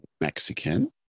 Mexican